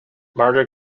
marta